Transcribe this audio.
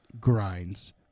grinds